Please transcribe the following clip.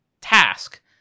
task